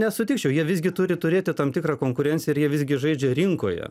nesutikčiau jie visgi turi turėti tam tikrą konkurenciją ir jie visgi žaidžia rinkoje